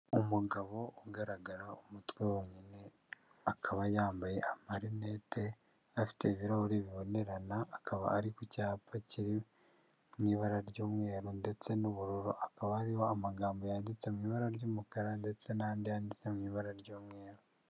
Umugabo ugaragara umutwe wonyine akaba yambaye amarinete afite ibirahuri bibonerana akaba ari ku cyapa kiri mu ibara ry'umweru ndetse n'ubururu, akaba ahriho amagambo yanditse mu ibara ry'umukara ndetse n'andi yanditse mu ibara ry'umweru.